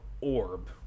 orb